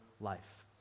life